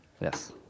yes